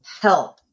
help